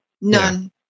None